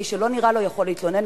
מי שלא נראה לו יכול להתלונן,